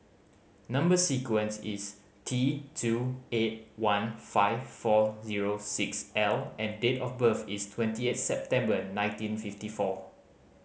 number sequence is T two eight one five four zero six L and date of birth is twenty eight September nineteen fifty four